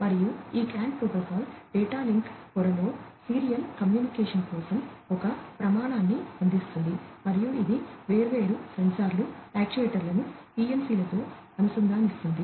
మరియు ఈ CAN protocol data link పొరలో సీరియల్ కమ్యూనికేషన్ కోసం ఒక ప్రమాణాన్ని అందిస్తుంది మరియు ఇది వేర్వేరు సెన్సార్లు యాక్యుయేటర్లను PLC లతో అనుసంధానిస్తుంది